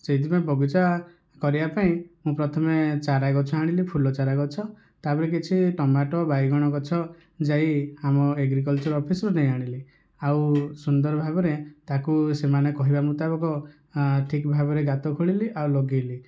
ସେଇଥିପାଇଁ ବଗିଚା କରିବା ପାଇଁ ମୁଁ ପ୍ରଥମେ ଚାରା ଗଛ ଆଣିଲି ଫୁଲ ଚାରା ଗଛ ତାପରେ କିଛି ଟମାଟୋ ବାଇଗଣ ଗଛ ଯାଇ ଆମ ଏଗ୍ରିକଲଚର ଅଫିସରୁ ନେଇଆଣିଲି ଆଉ ସୁନ୍ଦର ଭାବରେ ତାକୁ ସେମାନେ କହିବା ମୁତାବକ ଠିକ ଭାବରେ ଗାତ ଖୋଳିଲି ଆଉ ଲଗେଇଲି